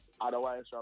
otherwise